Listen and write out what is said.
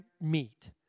meet